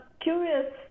curious